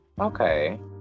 okay